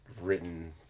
written